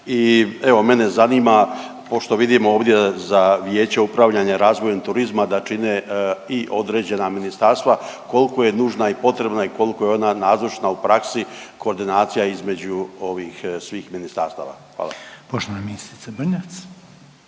I evo, mene zanima pošto vidimo ovdje za Vijeće upravljanja razvojem turizma, da čine i određena ministarstva, koliko je nužna i potrebna i koliko je ona nazočna u praksi koordinacija između ovih svih ministarstava? Hvala. **Reiner, Željko